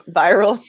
viral